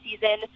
season